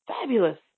fabulous